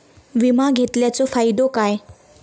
विमा घेतल्याचो फाईदो काय?